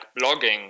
blogging